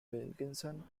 wilkinson